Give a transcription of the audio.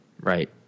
right